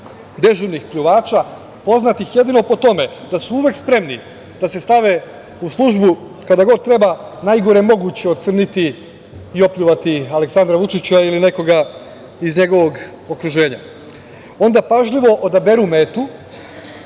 dežurnih pljuvača, poznatih jedino po tome da su uvek spremni da se stave u službu kada god treba najgore moguće ocrniti i opljuvati Aleksandra Vučića ili nekoga iz njegovog okruženja. Onda pažljivo odaberu metu